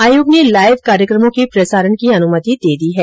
आयोग ने लाईव कार्यक्रमों के प्रसारण की अनुमति दे दी है